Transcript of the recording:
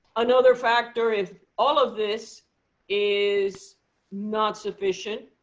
another factor, if all of this is not sufficient,